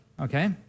okay